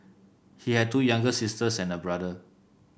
he had two younger sisters and a brother